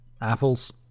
Apples